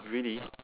really